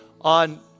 on